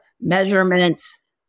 measurements